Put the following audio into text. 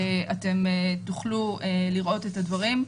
אתם תוכלו לראות את הדברים.